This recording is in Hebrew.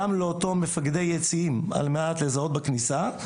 גם לאותם מפקדי יציעים על מנת לזהות בכניסה,